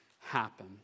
happen